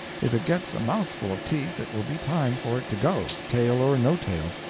if it gets a mouthful of teeth it will be time for it to go, tail or no tail,